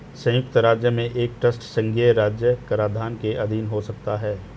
संयुक्त राज्य में एक ट्रस्ट संघीय और राज्य कराधान के अधीन हो सकता है